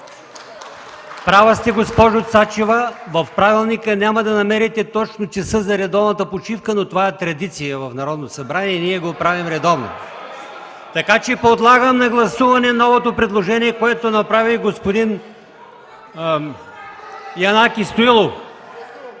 Права сте, госпожо Цачева. В правилника няма да намерите точно часа за редовната почивка, но това е традиция в Народното събрание и ние го правим редовно. (Шум и реплики в ГЕРБ.) Подлагам на гласуване предложението, което направи господин Янаки Стоилов.